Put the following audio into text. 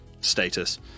status